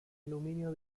aluminio